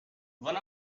one